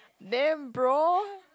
damn bro